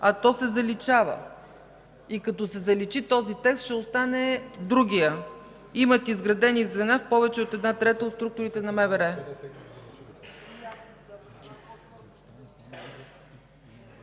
а то се заличава. И като се заличи този текст ще остане другият – „имат изградени звена в повече от една трета от структурите на МВР”.